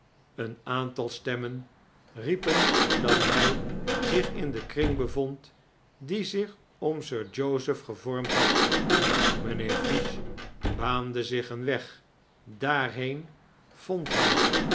een aantal stemmen riepen dat hij zich in den kring bevond die zich om sir joseph gevormd liad mijnheer fish baande zich een weg daarheen vond hem